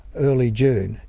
early june,